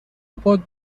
پات